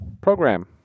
program